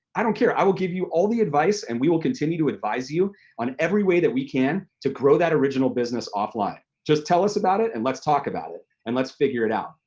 i don't care! i will give you all the advice and we will continue to advise you on every way that we can to grow that original business offline. just tell us about it and let's talk about it and let's figure it out,